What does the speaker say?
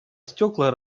стекла